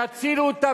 תצילו אותן.